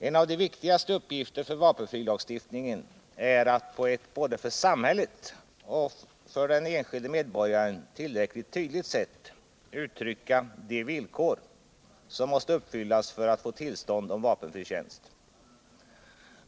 En av de viktigaste uppgifterna för vapenfrilagstiftningen är att på ett för både samhället och den enskilde medborgaren tillräckligt tydligt sätt uttrycka de villkor som måste uppfyllas för att tillstånd skall lämnas till vapenfri tjänst.